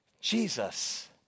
Jesus